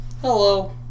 Hello